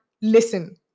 Listen